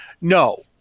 No